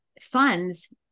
funds